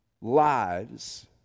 lives